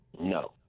No